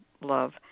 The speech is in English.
love